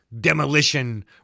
Demolition